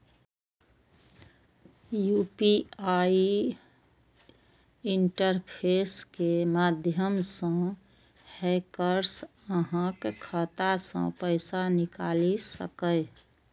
UPI interface के माध्यम सं हैकर्स अहांक खाता सं पैसा निकालि सकैए